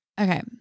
okay